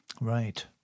Right